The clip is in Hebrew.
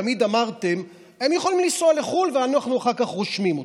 תמיד אמרתם: הם יכולים לנסוע לחו"ל ואנחנו אחר כך רושמים אותם,